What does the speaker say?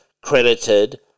credited